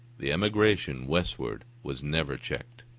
the emigration westward was never checked.